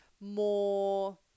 more